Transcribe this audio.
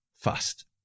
Fast